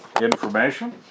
information